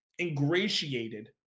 ingratiated